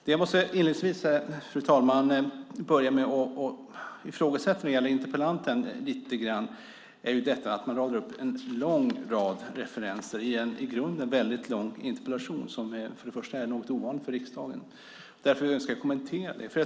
Jag måste inledningsvis, fru talman, lite grann ifrågasätta interpellantens sätt att rada upp en lång rad referenser i en i grunden väldigt lång interpellation, som är något ovanligt för riksdagen. Det är därför jag önskar kommentera det.